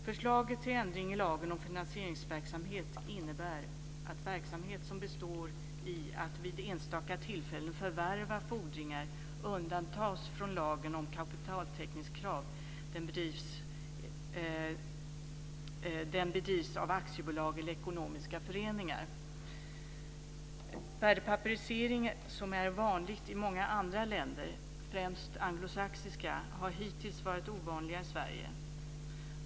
Förslaget till ändring i lagen om finansieringsverksamhet innebär att verksamhet som består i att vid enstaka tillfällen förvärva fordringar undantas från lagen om kapitaltäckningskrav om den bedrivs av aktiebolag eller ekonomiska föreningar. Värdepapperisering som är vanlig i många andra länder, främst anglosaxiska, har hittills varit ovanlig i Sverige.